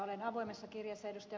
olen avoimessa kirjeessä ed